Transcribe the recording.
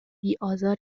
بیآزار